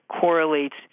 correlates